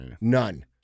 None